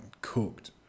cooked